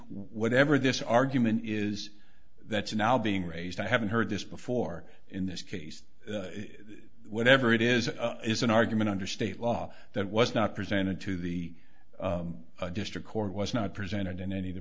whatever this argument is that's now being raised i haven't heard this before in this case whatever it is is an argument under state law that was not presented to the district court was not presented in any